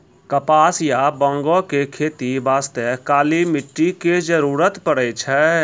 कपास या बांगो के खेती बास्तॅ काली मिट्टी के जरूरत पड़ै छै